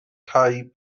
caib